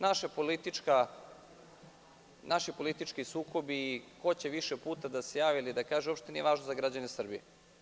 Naši politički sukobi i ko će više puta da se javi ili da kaže uopšte nije važno za građane Srbije.